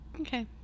Okay